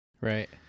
Right